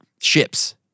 ships